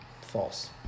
false